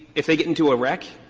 if they get into a wreck,